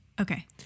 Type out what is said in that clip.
Okay